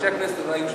אנשי הכנסת היו 120,